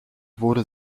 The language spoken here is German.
wurde